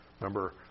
Remember